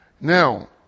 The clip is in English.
Now